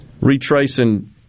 retracing